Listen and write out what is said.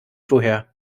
woher